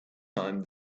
time